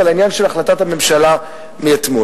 ועל העניין של החלטת הממשלה מאתמול.